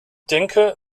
denke